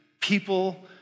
people